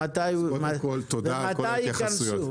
קודם כל, תודה על כל ההתייחסויות.